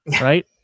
Right